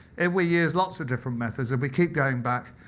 if we use lots of different methods and we keep going back,